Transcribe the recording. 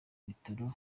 bitaro